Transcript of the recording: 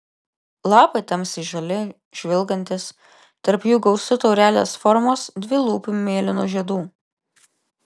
lapai tamsiai žali žvilgantys tarp jų gausu taurelės formos dvilūpių mėlynų žiedų